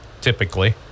Typically